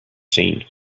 seen